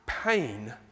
pain